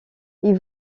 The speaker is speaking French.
ils